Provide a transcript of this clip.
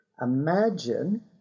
imagine